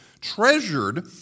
treasured